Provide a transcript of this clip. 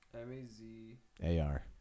M-A-Z-A-R